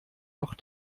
noch